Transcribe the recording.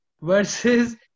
versus